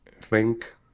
twink